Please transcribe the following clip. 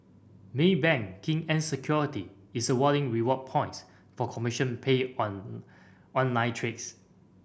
Maybank Kim Eng Securities is awarding reward points for commission paid on online trades